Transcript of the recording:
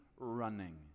Running